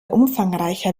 umfangreicher